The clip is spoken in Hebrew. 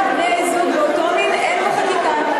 "בני-זוג מאותו מין" אין בחקיקה,